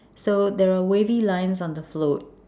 so there are wavy lines on the float